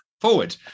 forward